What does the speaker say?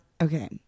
Okay